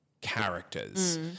characters